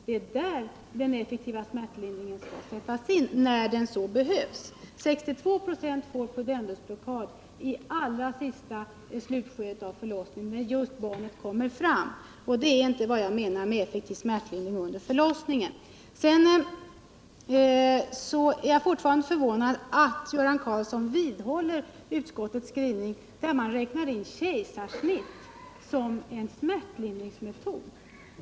Det är där den effektiva smärtlindringen skall sättas in, när den behövs. 62 96 får pudendusblockad i allra sista slutskedet av förlossningen, just när barnet kommer fram, och det är inte vad jag menar med effektiv smärtlindring under förlossningen. Jag är fortfarande förvånad över att Göran Karlsson vidhåller utskottets skrivning där man räknar in kejsarsnitt som smärtlindringsmetod.